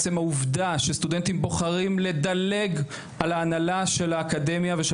עצם העובדה שסטודנטים בוחרים לדלג על הנהלה של האקדמיה ושל